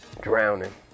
Drowning